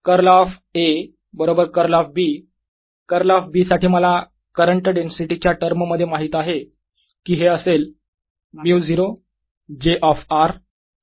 curl of A बरोबर curl of B curl of B साठी मला करंट डेन्सिटी च्या टर्ममध्ये माहित आहे की हे असेल μ0 j ऑफ r